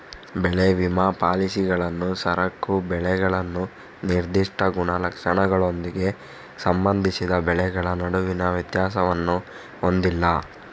ಬೆಳೆ ವಿಮಾ ಪಾಲಿಸಿಗಳು ಸರಕು ಬೆಳೆಗಳು ನಿರ್ದಿಷ್ಟ ಗುಣಲಕ್ಷಣಗಳೊಂದಿಗೆ ಸಂಬಂಧಿಸಿದ ಬೆಳೆಗಳ ನಡುವೆ ವ್ಯತ್ಯಾಸವನ್ನು ಹೊಂದಿಲ್ಲ